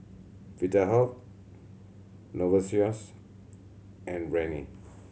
Vitahealth Novosource and Rene